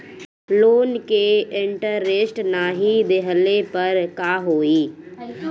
Loan के interest नाही देहले पर का होई?